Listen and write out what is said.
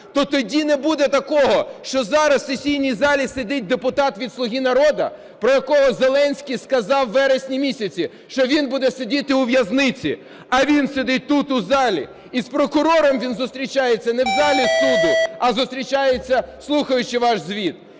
то тоді не буде такого, що зараз в сесійній залі сидить депутат від "Слуги народу", про якого Зеленський сказав у вересні місяці, що він буде сидіти у в'язниці, а він сидить тут в залі і з прокурором він зустрічається не в залі суду, а зустрічається, слухаючи ваш звіт.